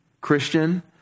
Christian